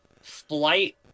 flight